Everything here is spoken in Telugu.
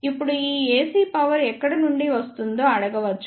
ఇప్పుడు ఈ AC పవర్ ఎక్కడి నుండి వస్తుందో అడగవచ్చు